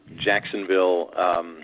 Jacksonville –